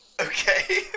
okay